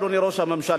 אדוני ראש הממשלה,